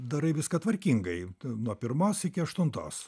darai viską tvarkingai nuo pirmos iki aštuntos